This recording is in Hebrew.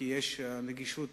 כי הנגישות